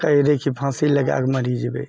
कहैलए कि फाँसी लगाकऽ मरि जेबै